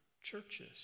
churches